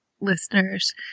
listeners